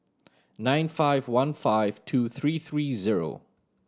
nine five one five two three three zero